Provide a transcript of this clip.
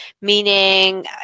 Meaning